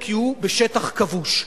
כי הוא בשטח כבוש.